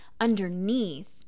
underneath